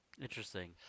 interesting